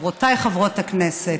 חברותיי חברות הכנסת,